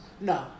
No